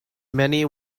many